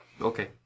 Okay